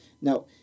Now